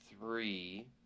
three